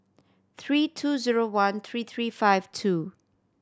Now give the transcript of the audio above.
three two zero one three three five two